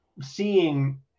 seeing